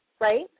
right